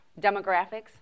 demographics